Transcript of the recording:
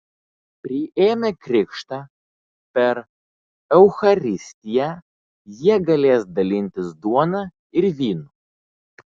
priėmę krikštą per eucharistiją jie galės dalintis duona ir vynu